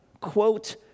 quote